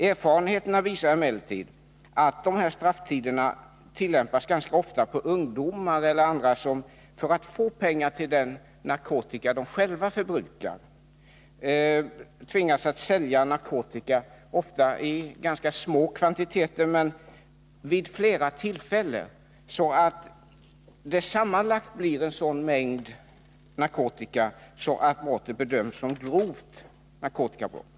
Erfarenheterna visar emellertid att dessa strafftider ganska ofta tillämpas när det gäller ungdomar eller andra som för att få pengar till den narkotika de själva förbrukar inte sällan tvingas sälja narkotika i rätt små kvantiteter men vid flera tillfällen. På det sättet blir det sammanlagt en sådan mängd narkotika att verksamheten med nuvarande praxis bedöms som grovt narkotikabrott.